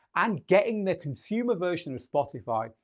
and getting the consumer version of spotify.